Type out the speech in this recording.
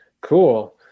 cool